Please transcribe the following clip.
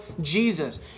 jesus